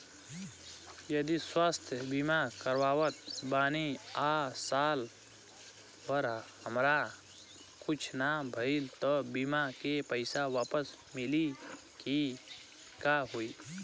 जदि स्वास्थ्य बीमा करावत बानी आ साल भर हमरा कुछ ना भइल त बीमा के पईसा वापस मिली की का होई?